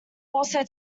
also